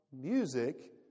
music